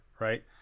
Right